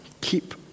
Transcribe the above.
keep